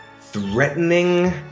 threatening